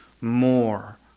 more